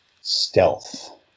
stealth